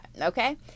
Okay